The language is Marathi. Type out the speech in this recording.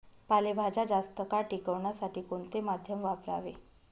पालेभाज्या जास्त काळ टिकवण्यासाठी कोणते माध्यम वापरावे?